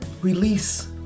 release